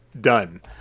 done